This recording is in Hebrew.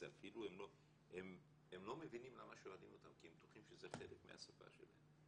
הם אפילו לא מבינים למה שואלים אותם כי הם בטוחים שזה חלק מהשפה שלהם.